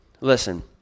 Listen